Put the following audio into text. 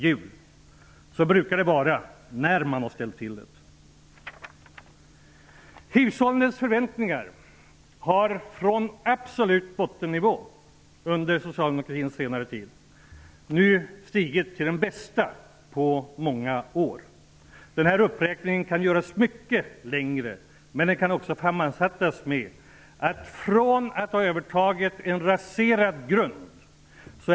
Men så brukar det vara när man har ställt till det. Från absolut bottennivå under socialdemokratins senare tid har hushållens förväntningar nu stigit till de största på många år. Den här uppräkningen skulle kunna göras mycket längre, men den kan också sammanfattas så här: Vi övertog en raserad ekonomi.